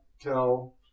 tell